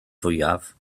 fwyaf